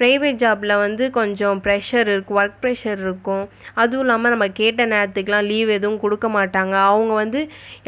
private ஜாப்பில் வந்து கொஞ்சோம் ப்ரெஷர் இருக்கும் ஒர்க் ப்ரெஷர் இருக்கும் அதுவுல்லாம நம்ம கேட்ட நேரத்துக்குலாம் லீவு எதுவும் கொடுக்க மாட்டாங்கள் அவங்க வந்து